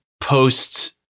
post